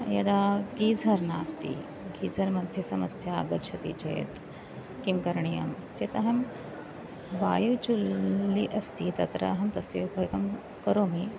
यदा गीजर् नास्ति गीजर् मध्ये समस्या आगच्छति चेत् किं करणीयं चेत् अहं वायुचुल्ली अस्ति तत्र अहं तस्य उपयोगं करोमि